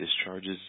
discharges